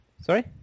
Sorry